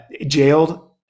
jailed